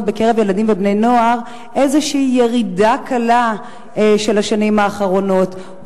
בקרב ילדים ובני-נוער שמענו לפחות על ירידה כלשהי בשנים האחרונות,